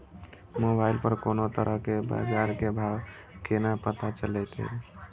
Mobile पर कोनो तरह के बाजार के भाव केना पता चलते?